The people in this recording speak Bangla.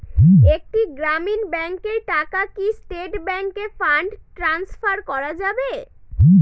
একটি গ্রামীণ ব্যাংকের টাকা কি স্টেট ব্যাংকে ফান্ড ট্রান্সফার করা যাবে?